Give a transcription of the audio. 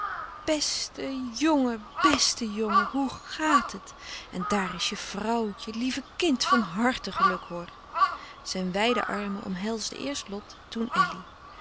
bèste jngen bèste jngen hoe gaat het en daar is je vrouwtje lieve kind van harte geluk hoor zijn wijde armen omhelsden eerst lot toen elly